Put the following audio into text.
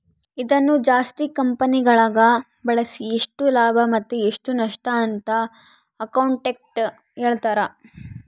ಇದನ್ನು ಜಾಸ್ತಿ ಕಂಪೆನಿಗಳಗ ಬಳಸಿ ಎಷ್ಟು ಲಾಭ ಮತ್ತೆ ಎಷ್ಟು ನಷ್ಟಅಂತ ಅಕೌಂಟೆಟ್ಟ್ ಹೇಳ್ತಾರ